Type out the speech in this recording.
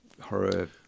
horror